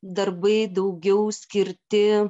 darbai daugiau skirti